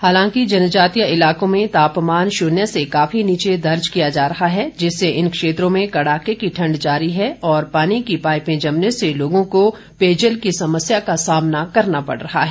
हालांकि जनजातीय इलाकों में तापमान शून्य से काफी नीचे दर्ज किया जा रहा है जिससे इन क्षेत्रों में कड़ाके की ठंड जारी है और पानी की पाईपें जमने से लोगों को पेयजल का समस्या का सामना करना पड़ रहा है